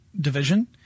division